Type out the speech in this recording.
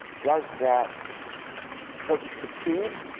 does that does it succeeded?